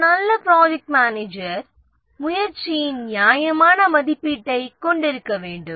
ஒரு நல்ல project manager முயற்சியின் நியாயமான மதிப்பீட்டைக் கொண்டிருக்க வேண்டும்